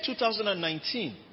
2019